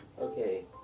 Okay